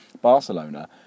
Barcelona